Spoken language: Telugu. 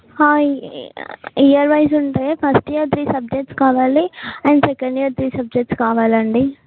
ఇయర్ వైస్ ఉంటాయా ఫస్ట్ ఇయర్ త్రీ సుబ్జెక్ట్స్ కావాలి and second year three subjects కావాలండి